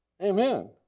Amen